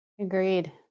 Agreed